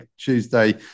Tuesday